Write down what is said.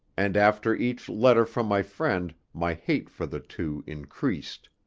and after each letter from my friend my hate for the two increased.